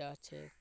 जाछेक